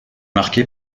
marquée